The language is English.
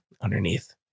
underneath